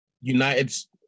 United's